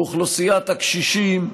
באוכלוסיית הקשישים,